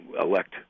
elect